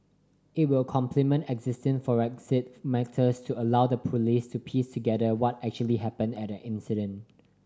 it will complement existing forensic methods to allow the Police to piece together what actually happened at an incident